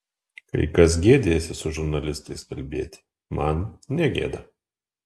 kai kas gėdijasi su žurnalistais kalbėti man negėda